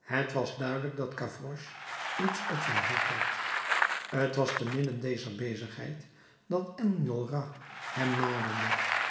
het was duidelijk dat gavroche iets op zijn hart had t was te midden dezer bezigheid dat enjolras hem naderde